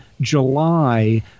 July